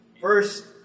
first